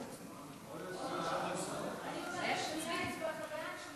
סעיף 1 נתקבל.